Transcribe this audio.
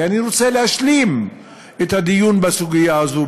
כי אני רוצה להשלים את הדיון בסוגיה הזאת,